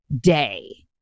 day